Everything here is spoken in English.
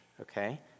okay